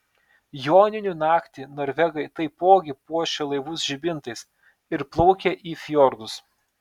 joninių naktį norvegai taipogi puošia laivus žibintais ir plaukia į fjordus